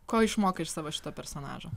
ko išmokai iš savo šito personažo